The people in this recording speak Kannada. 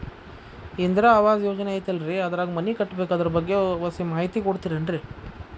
ಇಂದಿರಾ ಆವಾಸ ಯೋಜನೆ ಐತೇಲ್ರಿ ಅದ್ರಾಗ ಮನಿ ಕಟ್ಬೇಕು ಅದರ ಬಗ್ಗೆ ಒಸಿ ಮಾಹಿತಿ ಕೊಡ್ತೇರೆನ್ರಿ?